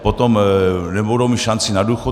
Potom nebudou míst šanci na důchod.